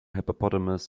hippopotamus